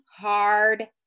hard